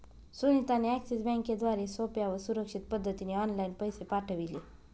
सुनीता ने एक्सिस बँकेद्वारे सोप्या व सुरक्षित पद्धतीने ऑनलाइन पैसे पाठविले